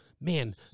man